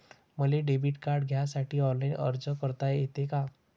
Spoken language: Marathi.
मले डेबिट कार्ड घ्यासाठी ऑनलाईन अर्ज करता येते का?